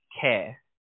care